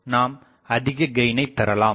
எனவே நாம் அதிகக்கெயினை பெறலாம்